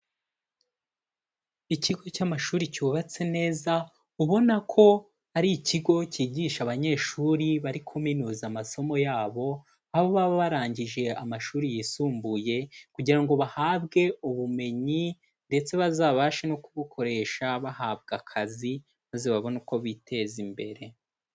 Ikigo cy'amashuri cyubatse neza ubona ko ari ikigo cyigisha abanyeshuri bari kuminuza amasomo yabo, aho baba barangije amashuri yisumbuye kugira ngo bahabwe ubumenyi ndetse bazabashe no kubukoresha bahabwa akazi maze babone uko biteza imbere.